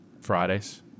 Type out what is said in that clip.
Fridays